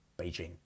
Beijing